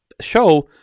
show